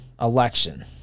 election